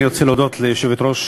אני רוצה להודות ליושבת-ראש